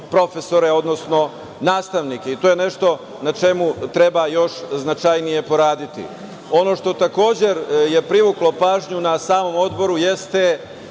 profesore i nastavnike. To je nešto na čemu treba još značajnije poraditi. Ono što je takođe privuklo pažnju na samom odboru, jeste